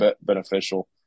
beneficial